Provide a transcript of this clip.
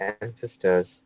ancestors